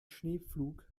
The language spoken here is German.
schneepflug